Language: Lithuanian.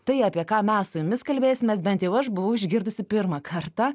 tai apie ką mes su jumis kalbėsimės bent jau aš buvau išgirdusi pirmą kartą